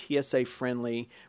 TSA-friendly